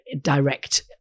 direct